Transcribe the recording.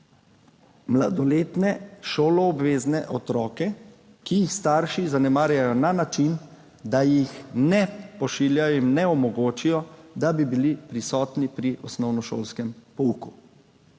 mladoletne šoloobvezne otroke, ki jih starši zanemarjajo na način, da jim ne omogočijo, da bi bili prisotni pri osnovnošolskem pouku.